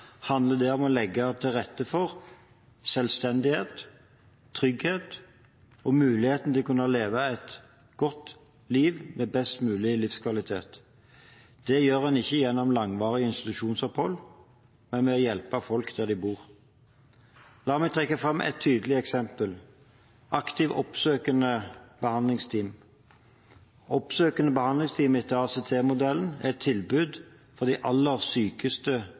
handler det om å legge til rette for selvstendighet, trygghet og muligheten for å kunne leve et godt liv med best mulig livskvalitet. Det gjør en ikke gjennom langvarige institusjonsopphold, men ved å hjelpe folk der de bor. La meg trekke fram et tydelig eksempel: aktivt oppsøkende behandlingsteam. Oppsøkende behandlingsteam etter ACT-modellen er et tilbud for de aller sykeste